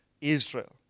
Israel